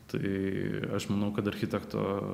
tai aš manau kad architekto